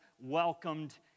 welcomed